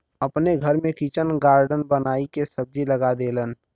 अपने घर में किचन गार्डन बनाई के सब्जी लगा देलन